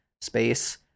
space